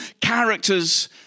characters